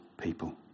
people